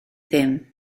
ddim